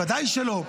ודאי שלא.